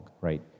right